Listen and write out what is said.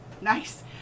Nice